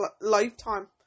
lifetime